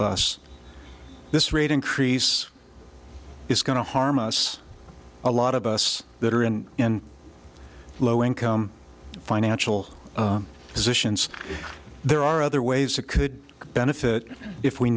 bus this rate increase is going to harm us a lot of us that are in in low income financial positions there are other ways it could benefit if we